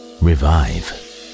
revive